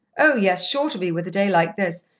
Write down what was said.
oh, yes, sure to be, with a day like this.